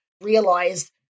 realized